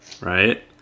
right